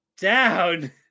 down